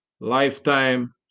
lifetime